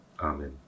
Amen